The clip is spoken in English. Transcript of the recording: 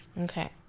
Okay